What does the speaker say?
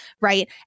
right